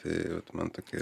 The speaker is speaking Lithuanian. tai vat man tokia